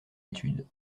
d’études